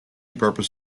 purpose